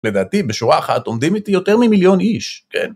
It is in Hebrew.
לדעתי, בשורה אחת עומדים איתי יותר ממיליון איש, כן?